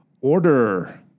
Order